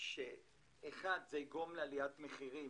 שזה יגרום לעליית מחירים.